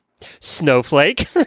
snowflake